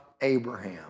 Abraham